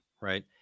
right